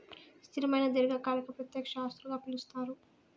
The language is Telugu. స్థిరమైన దీర్ఘకాలిక ప్రత్యక్ష ఆస్తులుగా పిలుస్తారు